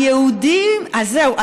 זהו,